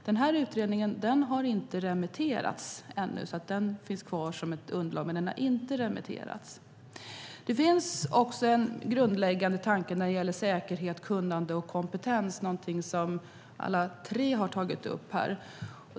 Den här utredningen har inte remitterats ännu. Den finns kvar som ett underlag. Det finns också en grundläggande tanke när det gäller säkerhet, kunnande och kompetens. Det är någonting som alla tre har tagit upp här.